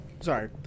Sorry